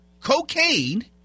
cocaine